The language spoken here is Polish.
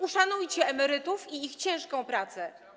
Uszanujcie emerytów i ich ciężką pracę.